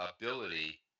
ability